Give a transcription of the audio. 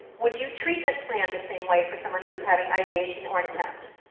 would you treatment plan the same way for someone who is having ideation or an attempt?